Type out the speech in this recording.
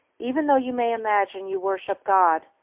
even though you may imagine you worship god,